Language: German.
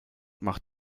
macht